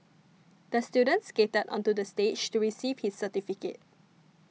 the student skated onto the stage to receive his certificate